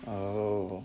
oh